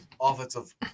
offensive